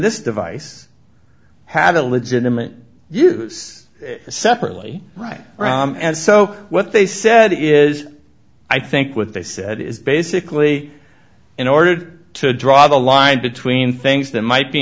this device i have a legitimate use separately right and so what they said is i think what they said is basically in order to draw the line between things that might be